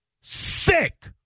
Sick